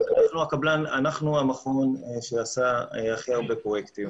אנחנו המכון שעשה הכי הרבה פרויקטים.